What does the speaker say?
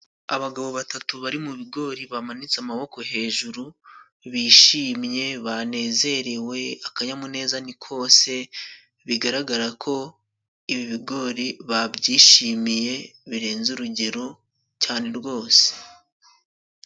Abagabo batatu bari mu bigori, bamanitse amaboko hejuru, bishimye, banezerewe. Akanyamuneza ni kose, bigaragara ko ibibigori babyishimiye birenze urugero, cyane rwose.